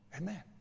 Amen